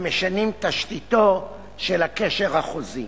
המשנים תשתיתו של הקשר החוזי.